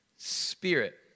Spirit